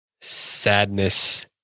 sadness